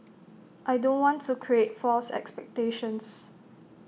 I don't want to create false expectations